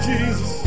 Jesus